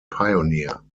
pioneer